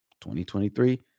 2023